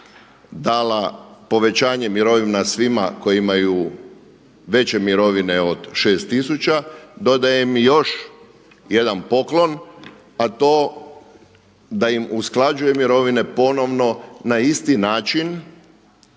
dala povećanje mirovina svima koji imaju veće mirovine od 6000 dodaje im još jedan poklon, a to da im usklađuje mirovine ponovno na isti način